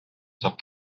saab